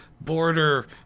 border